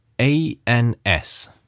A-N-S